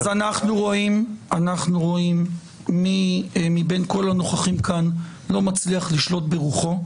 אנחנו רואים מי מבין כל הנוכחים כאן לא מצליח לשלוט ברוחו.